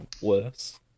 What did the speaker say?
worse